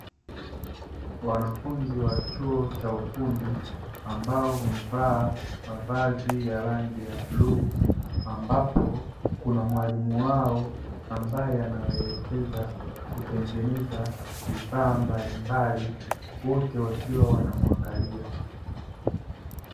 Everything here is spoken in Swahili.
Wanafunzi wa chuo cha ufundi ambao wamevaa mavazi ya rangi ya bluu, ambapo kuna mwalimu wao ambaye anawaelekeza kutengeneza vifaa mbalimbali, wote wakiwa wanamwangalia.